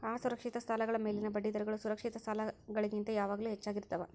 ಅಸುರಕ್ಷಿತ ಸಾಲಗಳ ಮೇಲಿನ ಬಡ್ಡಿದರಗಳು ಸುರಕ್ಷಿತ ಸಾಲಗಳಿಗಿಂತ ಯಾವಾಗಲೂ ಹೆಚ್ಚಾಗಿರ್ತವ